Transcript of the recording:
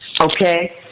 okay